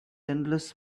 endless